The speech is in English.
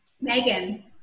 Megan